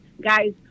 guys